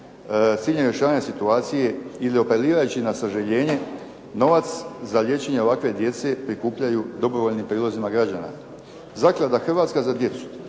ciljem rješavanja situacije ili apelirajući na sažaljenje, novac za liječenje ovakve djece prikupljaju dobrovoljnim prilozima građana. Zakla "Hrvatska za djecu"